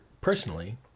personally